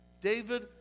David